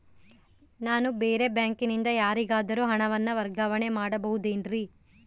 ನಾನು ಬೇರೆ ಬ್ಯಾಂಕಿನಿಂದ ಯಾರಿಗಾದರೂ ಹಣವನ್ನು ವರ್ಗಾವಣೆ ಮಾಡಬಹುದೇನ್ರಿ?